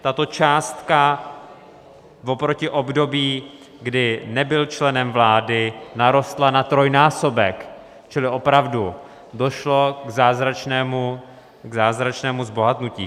Tato částka oproti období, kdy nebyl členem vlády, narostla na trojnásobek, čili opravdu došlo k zázračnému zbohatnutí.